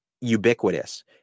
ubiquitous